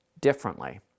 differently